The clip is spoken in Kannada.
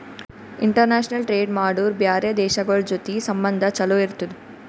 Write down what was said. ಇಂಟರ್ನ್ಯಾಷನಲ್ ಟ್ರೇಡ್ ಮಾಡುರ್ ಬ್ಯಾರೆ ದೇಶಗೋಳ್ ಜೊತಿ ಸಂಬಂಧ ಛಲೋ ಇರ್ತುದ್